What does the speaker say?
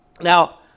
Now